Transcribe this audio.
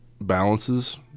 balances